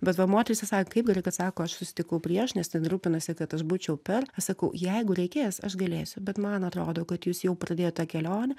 bet va moteris ir sakė kaip gerai kad sako aš susitikau prieš nes ten rūpinasi kad aš būčiau per aš sakau jeigu reikės aš galėsiu bet man atrodo kad jūs jau pradėjot tą kelionę